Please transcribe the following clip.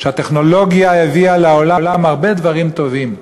שהטכנולוגיה הביאה לעולם הרבה דברים טובים,